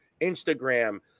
Instagram